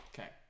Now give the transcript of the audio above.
Okay